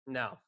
no